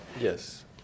Yes